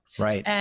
Right